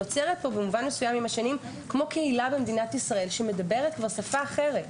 עם השנים נוצרת פה קהילה במדינת ישראל שמדברת בשפה אחרת.